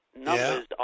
numbers